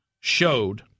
showed